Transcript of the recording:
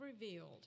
revealed